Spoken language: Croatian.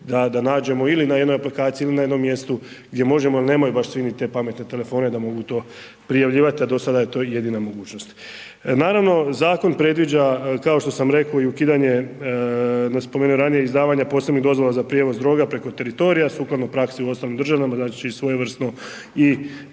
da nađemo ili na jednoj aplikaciji ili na jednom mjestu gdje možemo, jer nemaju baš svi ni te pametne telefone da mogu to prijavljivati, a do sada je to jedina mogućnost. Naravno, zakon predviđa kao što sam reko i ukidanje, spomenuo ranije izdavanja posebnih dozvola za prijevoz droga preko teritorija sukladno praksi u ostalim državama, znači i svojevrsnu i